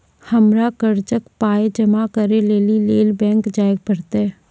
हमरा कर्जक पाय जमा करै लेली लेल बैंक जाए परतै?